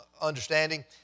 understanding